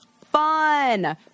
fun